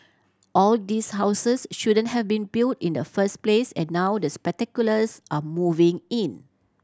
all these houses shouldn't have been built in the first place and now the speculators are moving in